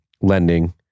lending